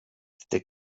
lite